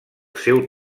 seu